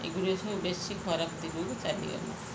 ଏଗୁଡ଼ିକ ସବୁ ବେଶି ଖରାପ ଦିଗକୁ ଚାଲିଗଲା